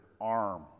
arm